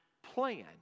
plan